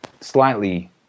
slightly